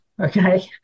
Okay